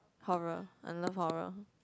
horror I love horror